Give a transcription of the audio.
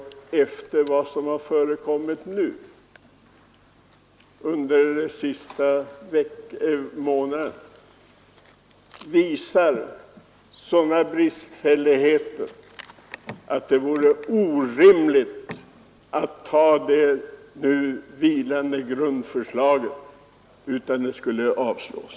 Efter vad som förekommit under de senaste månaderna visar tyvärr grundlagsförslaget sådana bristfälligheter att det vore orimligt att anta det — det bör avslås.